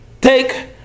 Take